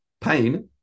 pain